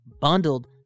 bundled